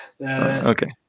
Okay